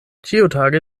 ĉiutage